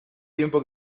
tiempo